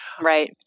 Right